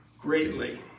greatly